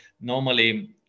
normally